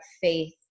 faith